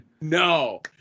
no